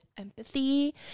empathy